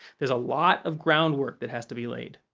there's a lot of groundwork that has to be laid.